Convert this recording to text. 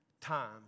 Time